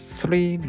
three